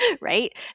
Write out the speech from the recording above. right